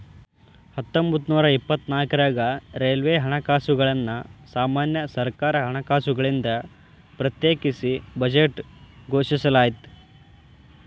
ಹತ್ತೊಂಬತ್ತನೂರ ಇಪ್ಪತ್ನಾಕ್ರಾಗ ರೈಲ್ವೆ ಹಣಕಾಸುಗಳನ್ನ ಸಾಮಾನ್ಯ ಸರ್ಕಾರ ಹಣಕಾಸುಗಳಿಂದ ಪ್ರತ್ಯೇಕಿಸಿ ಬಜೆಟ್ ಘೋಷಿಸಲಾಯ್ತ